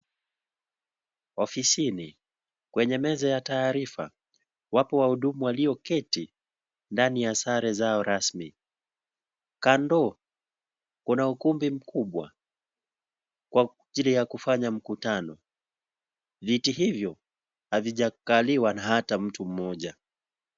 Ofisini kwenye meza ya taarifa ,wapo wahudumu walioketi ndani ya sare zao rasmi. Kando kuna ukumbi mkubwa kwa ajili ya kufanya mikutano viti hivyo havijakaliwa na hata mtu mmoja.